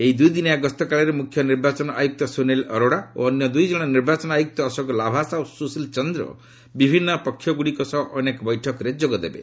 ଏହି ଦୁଇଦିନିଆ ଗସ୍ତକାଳରେ ମୁଖ୍ୟ ନିର୍ବାଚନ ଆୟୁକ୍ତ ସୁନୀଲ ଅରୋଡା ଓ ଅନ୍ୟ ଦୁଇଜଣ ନିର୍ବାଚନ ଆୟୁକ୍ତ ଅଶୋକ ଲାଭାସା ଓ ସୁଶୀଲ ଚନ୍ଦ୍ର ବିଭିନ୍ନ ପକ୍ଷଗୁଡ଼ିକ ସହ ଅନେକ ବୈଠକରେ ଯୋଗଦେବେ